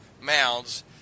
mounds